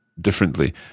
Differently